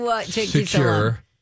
secure